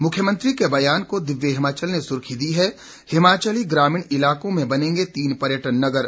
मुख्यमंत्री के बयान को दिव्य हिमाचल ने सुर्खी दी है हिमाचली ग्रामीण इलाकों में बनेंगे तीन पर्यटन नगर